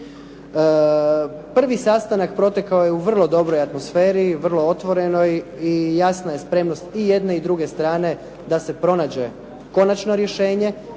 Prvi sastanak protekao je u vrlo dobroj atmosferi, vrlo otvoreno i jasna je spremnost i jedne i druge strane da se pronađe konačno rješenje,